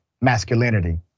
masculinity